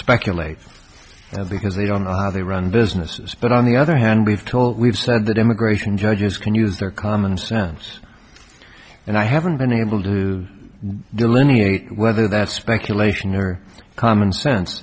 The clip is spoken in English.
speculate because they don't know how they run businesses but on the other hand we've talked we've said that immigration judges can use their common sense and i haven't been able to delineate whether that's speculation or common sense